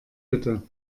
bitte